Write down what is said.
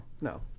No